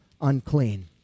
unclean